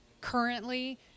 currently